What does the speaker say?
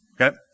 Okay